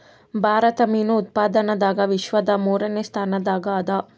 ಭಾರತ ಮೀನು ಉತ್ಪಾದನದಾಗ ವಿಶ್ವದ ಮೂರನೇ ಸ್ಥಾನದಾಗ ಅದ